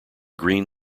green